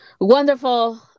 wonderful